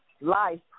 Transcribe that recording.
Life